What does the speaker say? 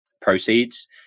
proceeds